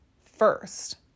first